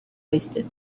wasted